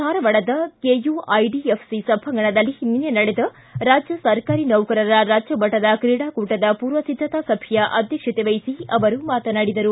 ಧಾರವಾಡದ ಕೆಯುಐಡಿಎಫ್ಸಿ ಸಭಾಂಗಣದಲ್ಲಿ ನಿನ್ನೆ ನಡೆದ ರಾಜ್ಯ ಸರ್ಕಾರಿ ನೌಕರರ ರಾಜ್ಯ ಮಟ್ಟದ ಕ್ರೀಡಾಕೂಟದ ಪೂರ್ವಸಿದ್ದತಾ ಸಭೆಯ ಅಧ್ಯಕ್ಷತೆ ವಹಿಸಿ ಅವರು ಮಾತನಾಡಿದರು